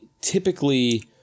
Typically